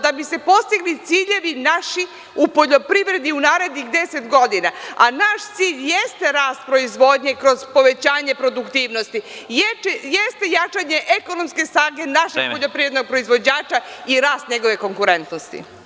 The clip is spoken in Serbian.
Da bi se postigli ciljevi naši u poljoprivredi u narednih deset godina, a naš cilj jeste rast proizvodnje kroz povećanje produktivnosti, jeste jačanje ekonomske snage našeg poljoprivrednog proizvođača i rast njegove konkurentnosti.